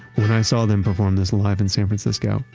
when i saw them perform this live in san francisco,